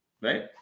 Right